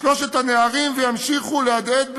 שלושת הנערים וימשיכו להדהד מעלינו: